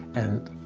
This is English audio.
and